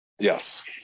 yes